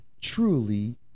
truly